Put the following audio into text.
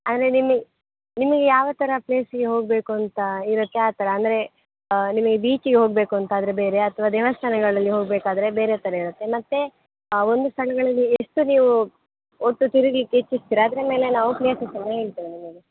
ಅಂದರೆ ನಿಮಗೆ ನಿಮಗೆ ಯಾವ ಥರ ಪ್ಲೇಸಿಗೆ ಹೋಗಬೇಕು ಅಂತ ಇರುತ್ತೆ ಆ ಥರ ಅಂದರೆ ನಿಮಗೆ ಬೀಚಿಗೆ ಹೋಗಬೇಕು ಅಂತಾದರೆ ಬೇರೆ ಅಥವಾ ದೇವಸ್ಥಾನಗಳಲ್ಲಿ ಹೋಗಬೇಕಾದ್ರೆ ಬೇರೆ ಥರ ಇರುತ್ತೆ ಮತ್ತೆ ಒಂದು ಸ್ಥಳ್ಗಳಲ್ಲಿ ಎಷ್ಟು ನೀವು ಒಟ್ಟು ತಿರುಗಲಿಕ್ಕೆ ಇಚ್ಛಿಸ್ತೀರಾ ಅದರ ಮೇಲೆ ನಾವು ಪ್ಲೇಸಸನ್ನು ಹೇಳ್ತೇವೆ ನಿಮಗೆ